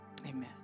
Amen